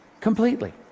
Completely